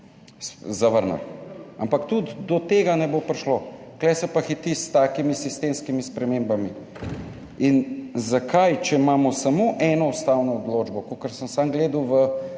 zavrnili, ampak tudi do tega ne bo prišlo. Tu se pa hiti s takimi sistemskimi spremembami. Zakaj, če imamo samo eno ustavno odločbo, kakor sem sam gledal v